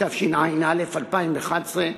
התשע"א 2011,